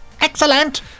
Excellent